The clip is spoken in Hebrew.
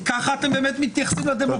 כך אתם באמת מתייחסים לדמוקרטיה.